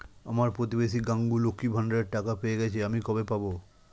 আমার প্রতিবেশী গাঙ্মু, লক্ষ্মীর ভান্ডারের টাকা পেয়ে গেছে, আমি কবে পাব?